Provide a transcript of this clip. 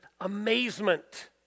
amazement